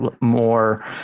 more